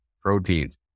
proteins